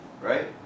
Right